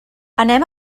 anem